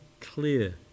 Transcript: clear